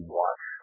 watch